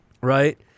Right